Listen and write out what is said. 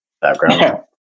background